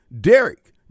Derek